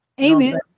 Amen